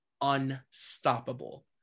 unstoppable